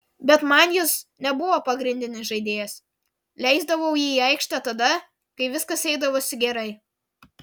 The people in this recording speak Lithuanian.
bet man jis nebuvo pagrindinis žaidėjas leisdavau jį į aikštę tada kai viskas eidavosi gerai